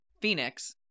Phoenix